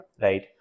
Right